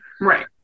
Right